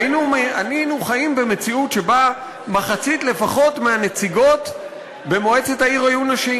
היינו חיים במציאות שבה לפחות מחצית מהנציגות במועצת העיר היו נשים.